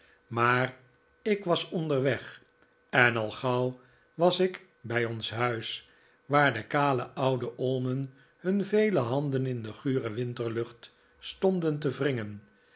maar ik was onderweg en al gauw was ik bij ons huis waar de kale oude olmen hun vele handen in de gure winterlucht stonden te wringen